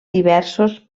diversos